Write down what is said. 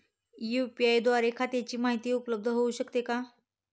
UPI द्वारे खात्याची माहिती उपलब्ध होऊ शकते का?